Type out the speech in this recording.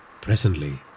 Presently